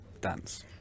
dance